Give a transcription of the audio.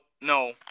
no